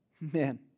man